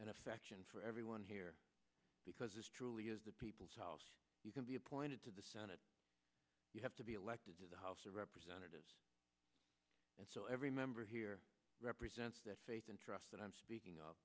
and affection for everyone here because this truly is the people's house you can be appointed to the senate you have to be elected to the house of representatives and so every member here represents that faith and trust that i'm speaking of